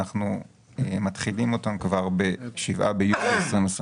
אנחנו מתחילים אותן כבר ב-7 ביולי 2021